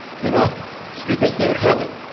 you know so because they're heavy.